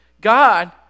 God